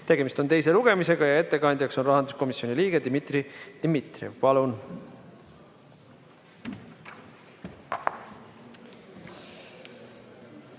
Tegemist on teise lugemisega, ettekandja on rahanduskomisjoni liige Dmitri